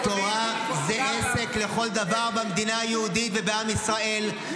גם --- תורה זה עסק לכל דבר במדינה היהודית ובעם ישראל,